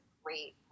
great